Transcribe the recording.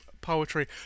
poetry